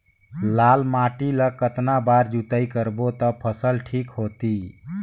लाल माटी ला कतना बार जुताई करबो ता फसल ठीक होती?